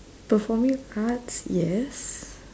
performing arts yes